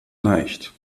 leicht